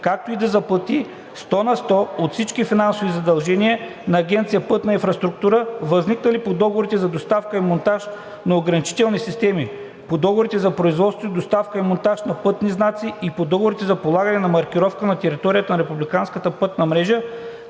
както и да заплати 100 на сто от всички финансови задължения на Агенция „Пътна инфраструктура“, възникнали по договорите за доставка и монтаж на ограничителни системи, по договорите за производство, доставка и монтаж на пътни знаци и по договорите за полагане на маркировка на територията на републиканската пътна мрежа,